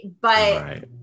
but-